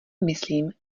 myslím